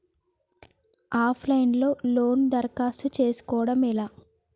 Of line లో loan దరఖాస్తు చేసుకోవడం ఎలా?